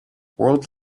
world